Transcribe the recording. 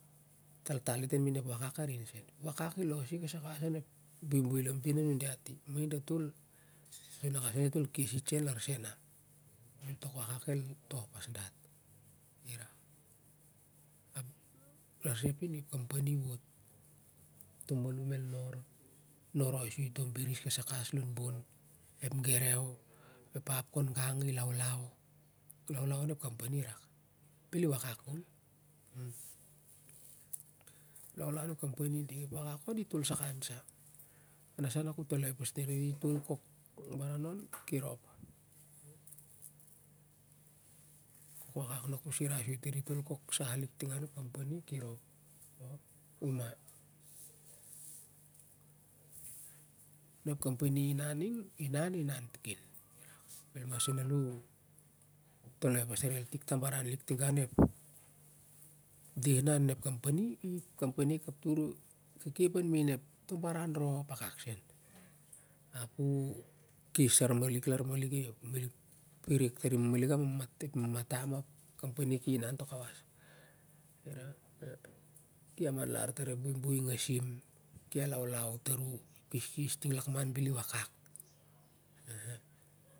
Taltal it main ep wakak arin seu ep wakak i los i kasai kawas an ep buibui lautin a nun diat i datol dat a ngoa seu datol kes it seu lavseu a bel tok wakak el toh pas dat irak lausapeh ning ep company i wot to malun el nor noroi soi to bini kasai kawas lon bon ep gerew ep ap kon gang i laulau to laulau on ep company i rak bel i wakak kol ip laulau on iding irak ep akak on i tol saku sah na sa ku toloi pas tar i tol kok baran on kirop wakak na ku sirai soi tar i tol ting arin ep company kirop ima na ep company i inan ning ki inan